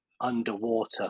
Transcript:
underwater